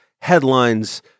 headlines